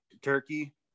turkey